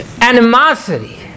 animosity